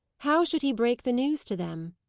how should he break the news to them?